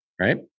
Right